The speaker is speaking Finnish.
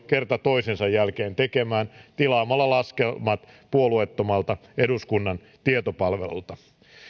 kerta toisensa jälkeen tekemään tilaamalla laskelmat puolueettomalta eduskunnan tietopalvelulta